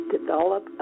develop